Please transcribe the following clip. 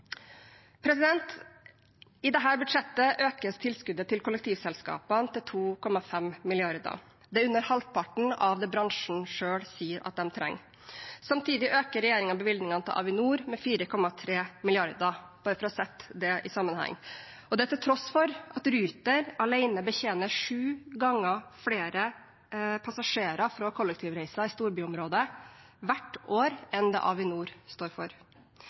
I dette budsjettet økes tilskuddet til kollektivselskapene til 2,5 mrd. kr. Det er under halvparten av det bransjen selv sier de trenger. Samtidig øker regjeringen bevilgningene til Avinor med 4,3 mrd. kr, bare for å sette det i sammenheng – og det til tross for at Ruter alene betjener sju ganger flere passasjerer fra kollektivreiser i storbyområdet hvert år enn det Avinor står for.